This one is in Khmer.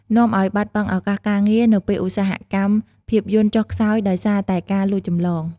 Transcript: នាំឲ្យបាត់បង់ឱកាសការងារ នៅពេលឧស្សាហកម្មភាពយន្តចុះខ្សោយដោយសារតែការលួចចម្លង ។